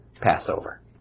Passover